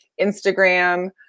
Instagram